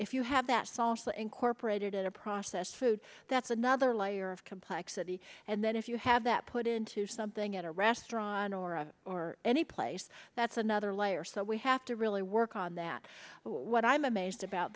if you have that salt incorporated in a processed food that's another layer of complexity and then if you had that put into something at a restaurant or a or any place that's another layer so we have to really work on that what i'm amazed about